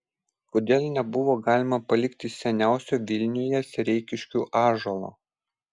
kodėl nebuvo galima palikti seniausio vilniuje sereikiškių ąžuolo